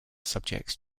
subjects